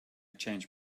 changed